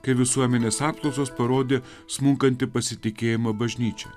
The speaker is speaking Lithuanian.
kai visuomenės apklausos parodė smunkantį pasitikėjimą bažnyčia